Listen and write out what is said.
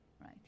Right